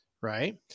right